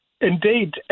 Indeed